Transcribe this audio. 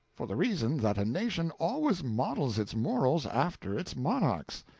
for the reason that a nation always models its morals after its monarch's.